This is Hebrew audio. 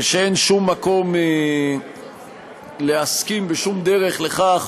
ושאין שום מקום להסכים בשום דרך לכך